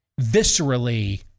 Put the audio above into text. viscerally